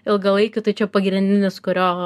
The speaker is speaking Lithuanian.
ilgalaikių tai čia pagrindinis kurio